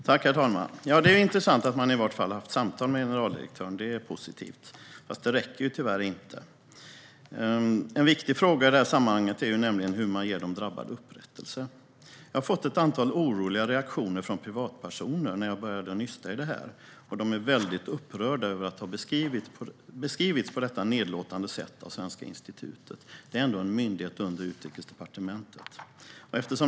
Svar på interpellationer Herr talman! Det är intressant att man i vart fall haft ett samtal med generaldirektören. Det är positivt, men det räcker ju tyvärr inte. En viktig fråga i detta sammanhang är nämligen hur man ger de drabbade upprättelse. Jag har fått ett antal reaktioner från oroliga privatpersoner sedan jag började att nysta i det här. De är väldigt upprörda över att ha beskrivits på detta nedlåtande sätt av Svenska institutet. Det rör sig ändå om en myndighet under Utrikesdepartementet.